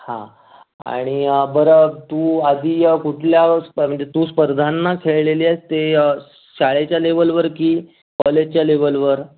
हां आणि बरं तू आधी कुठल्या स्पर्धे तू स्पर्धांना खेळलेली आहेस ते शाळेच्या लेवलवर की कॉलेजच्या लेवलवर